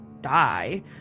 die